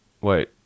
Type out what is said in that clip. Wait